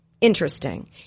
Interesting